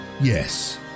Yes